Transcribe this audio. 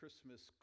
Christmas